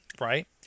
Right